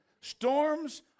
Storms